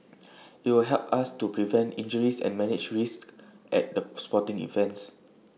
IT will help us to prevent injuries and manage risks at the sporting events